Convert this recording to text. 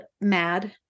Mad